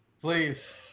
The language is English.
please